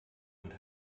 und